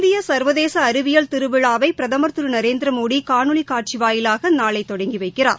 இந்திய ச ்வதேச அறிவியல் திருவிழாவை பிரதம் திரு நரேந்திரமோடி காணொலி காட்சி வாயிலாக நாளை தொடங்கி வைக்கிறார்